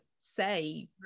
say